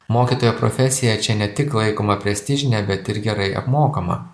mokytojo profesija čia ne tik laikoma prestižine bet ir gerai apmokama